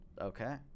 okay